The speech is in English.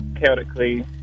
chaotically